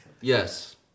Yes